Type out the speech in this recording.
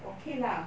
okay lah